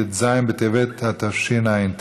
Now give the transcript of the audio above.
ט"ז בטבת התשע"ט,